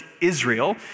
Israel